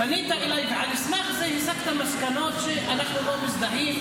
פנית אליי ועל סמך זה הסקת מסקנות שאנחנו לא מזדהים